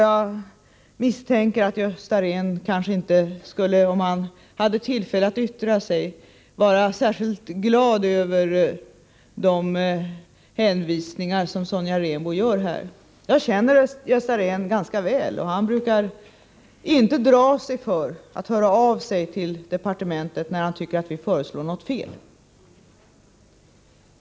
Jag misstänker att Gösta Rehn, om han haft tillfälle att yttra sig, inte skulle ha varit särskilt glad över de hänvisningar som Sonja Rembo gör. Jag känner Gösta Rehn ganska väl, och jag vet att han inte brukar dra sig för att höra av sig till departementet, när han tycker att vi föreslår någonting som är felaktigt.